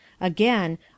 Again